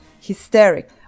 hysteric